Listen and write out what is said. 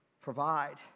provide